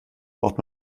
braucht